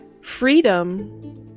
Freedom